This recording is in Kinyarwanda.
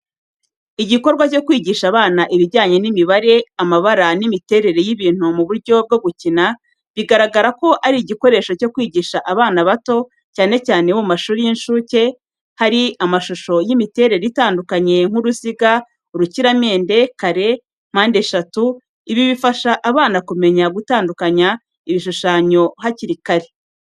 Igikorwa cyo kwigisha abana ibijyanye n’imibare, amabara n’imiterere y’ibintu mu buryo bwo gukina biragaragara ko ari igikoresho cyo kwigisha abana bato, cyane cyane bo mu mashuri y’incuke hari amashusho y’imiterere itandukanye nk’uruziga , urukiramende , kare , impande eshatu . Ibi bifasha abana kumenya gutandukanya ibishushanyo hakiri kare.